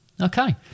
Okay